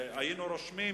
שהיינו רושמים